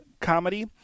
comedy